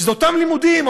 שזה אותם לימודים,